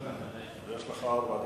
יש לך ארבע דקות.